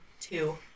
two